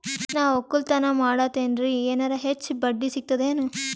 ನಾ ಒಕ್ಕಲತನ ಮಾಡತೆನ್ರಿ ಎನೆರ ಹೆಚ್ಚ ಬಡ್ಡಿ ಸಿಗತದೇನು?